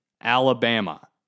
Alabama